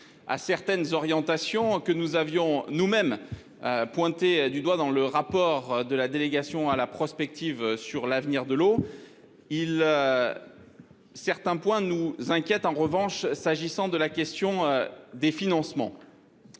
à certaines orientations que nous avions nous-mêmes. Pointée du doigt dans le rapport de la délégation à la prospective sur l'avenir de l'eau. Il. Certains points nous inquiète en revanche, s'agissant de la question des financements.